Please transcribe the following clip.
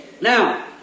Now